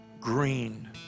green